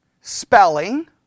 spelling